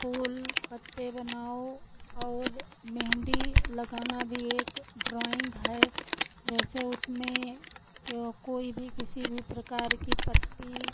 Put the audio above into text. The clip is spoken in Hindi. फूल पत्ते बनाओ और मेहँदी लगाना भी एक ड्रॉइन्ग है जैसे उसमें कोई भी किसी भी प्रकार की पत्ती